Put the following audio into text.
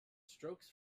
strokes